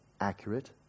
accurate